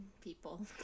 people